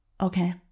Okay